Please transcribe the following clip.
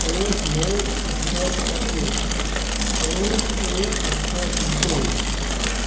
ٲٹھ نَو زٕ ساس تہٕ اکوُہ پانٛژھ ٲٹھ زٕ ساس تہٕ زٕتووُہ